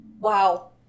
Wow